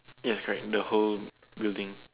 yes correct the whole building